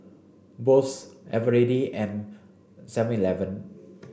Bose Eveready and seven eleven